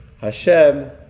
Hashem